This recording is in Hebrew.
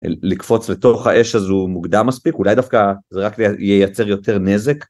לקפוץ לתוך האש הזו מוקדם מספיק אולי דווקא זה רק ייצר יותר נזק.